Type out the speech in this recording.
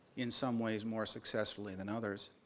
in some ways more successfully than others.